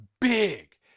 Big